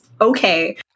Okay